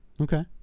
Okay